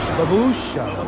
babhusha!